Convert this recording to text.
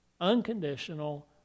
unconditional